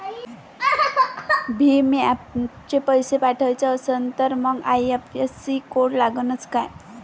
भीम ॲपनं पैसे पाठवायचा असन तर मंग आय.एफ.एस.सी कोड लागनच काय?